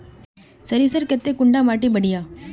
सरीसर केते कुंडा माटी बढ़िया?